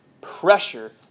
pressure